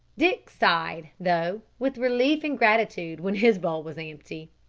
dick sighed, though, with relief and gratitude when his bowl was empty.